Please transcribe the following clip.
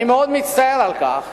אני מאוד מצטער על כך